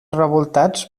revoltats